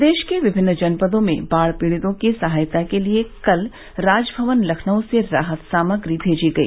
प्रदेश के विभिन्न जनपदों में बाढ़ पीड़ितों की सहायता के लिये कल राजभवन लखनऊ से राहत सामग्री मेजी गई